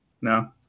No